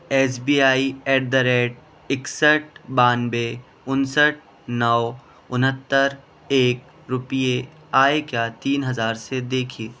S B I at the rate ایکسٹھ بانوے ونسٹھ نو ونہتر ایک روپئے آئے کیا تین ہزار سے دیکھیے